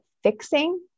fixing